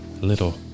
Little